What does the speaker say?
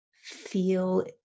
feel